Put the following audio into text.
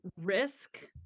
risk